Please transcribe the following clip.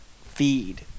feed